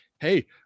Hey